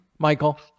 Michael